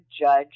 judge